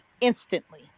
instantly